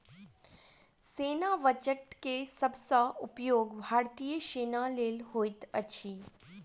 सेना बजट के सब सॅ उपयोग भारतीय सेना लेल होइत अछि